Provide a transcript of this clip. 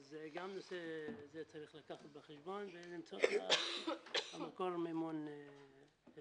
אז גם נושא זה צריך לקחת בחשבון ולמצוא את מקור המימון לזה.